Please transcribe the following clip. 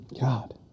God